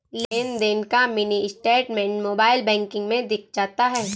लेनदेन का mini statement mobile banking में दिख जाता है